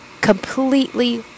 completely